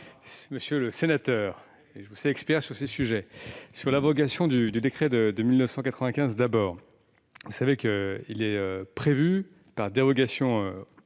monsieur le sénateur, car je vous sais expert sur ces sujets. Sur l'abrogation du décret de 1995 d'abord, vous savez qu'il est prévu, par dérogation